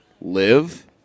Live